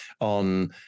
on